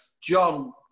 John